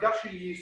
האתגר של יישום,